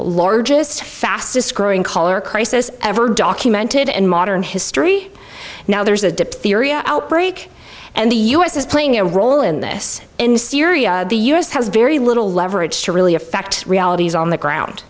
largest fastest growing color crisis ever documented in modern history now there's a diptheria outbreak and the u s is playing a role in this in syria the u s has very little leverage to really affect realities on the ground